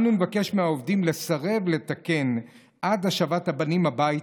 אנו נבקש מהעובדים לסרב לתקן עד השבת הבנים הביתה.